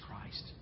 Christ